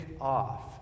off